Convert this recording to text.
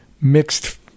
mixed